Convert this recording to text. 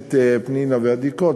הכנסת פנינה ועדי קול,